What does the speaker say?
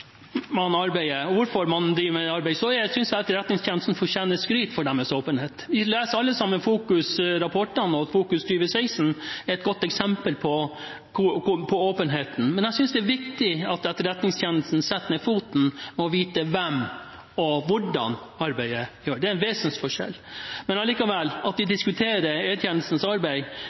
hvorfor man arbeider med det, synes jeg Etterretningstjenesten fortjener skryt for sin åpenhet. Vi leser alle sammen Fokus-rapportene, og Fokus 2016 er et godt eksempel på åpenheten. Men jeg synes det er viktig at Etterretningstjenesten setter ned foten når det gjelder å vite hvem som gjør arbeidet, og hvordan arbeidet gjøres. Det er en vesensforskjell. Men at vi diskuterer E-tjenestens arbeid,